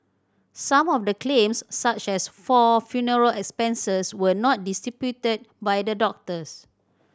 some of the claims such as for funeral expenses were not disputed by the doctors